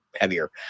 heavier